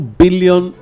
billion